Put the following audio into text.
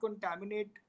contaminate